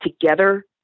together